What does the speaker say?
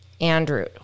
Andrew